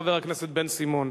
חבר הכנסת בן-סימון,